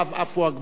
עפו אגבאריה,